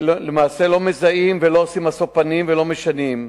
למעשה לא מזהים, לא עושים משוא פנים ולא משנים.